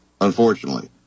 unfortunately